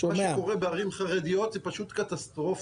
מה שקורה בערים החרדיות זה פשוט קטסטרופה.